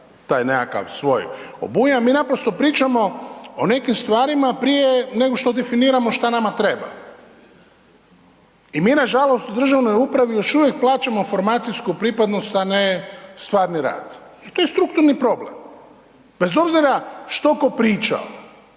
taj nekakav svoj obujam, mi naprosto pričamo o nekim stvarima prije nego što definiramo šta nama treba. I mi nažalost u državnoj upravi još uvijek plaćamo formacijsku pripadnost, a ne stvari rad i to je strukturni problem. Bez obzira što tko pričao,